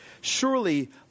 Surely